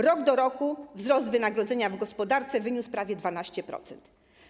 Rok do roku wzrost wynagrodzenia w gospodarce wyniósł prawie 12%.